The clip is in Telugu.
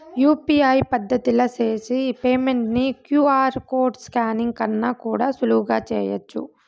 యూ.పి.ఐ పద్దతిల చేసి పేమెంట్ ని క్యూ.ఆర్ కోడ్ స్కానింగ్ కన్నా కూడా సులువుగా చేయచ్చు